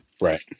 right